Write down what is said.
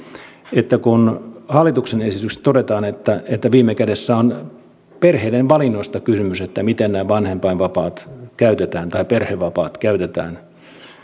että kun hallituksen esityksessä todetaan että että viime kädessä on perheiden valinnoista kysymys siinä miten nämä vanhempainvapaat tai perhevapaat käytetään